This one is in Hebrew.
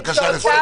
בבקשה לסיים.